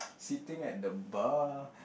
sitting at the bar